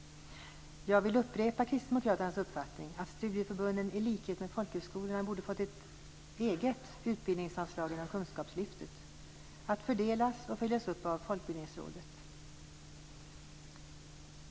Jag vill upprepa kristdemokraternas uppfattning, att studieförbunden i likhet med folkhögskolorna borde ha fått ett eget utbildningsanslag inom kunskapslyftet att fördelas och följas upp av Folkbildningsrådet.